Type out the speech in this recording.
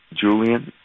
Julian